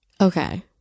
Okay